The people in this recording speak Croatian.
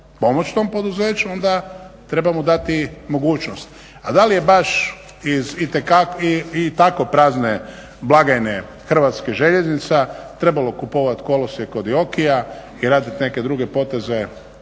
pomoći tom poduzeću onda treba mu dati mogućnost. A da li je baš iz i tako prazne blagajne HŽ-a trebalo kupovati kolosijek kod DIOKI-ja i raditi neke druge poteze